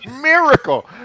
miracle